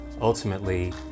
ultimately